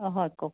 অঁ হয় কওক